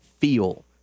feel